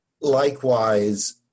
Likewise